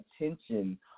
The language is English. attention